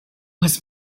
was